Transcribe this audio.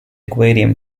aquarium